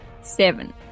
Seven